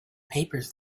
papers